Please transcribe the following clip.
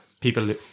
people